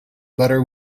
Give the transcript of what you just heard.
butter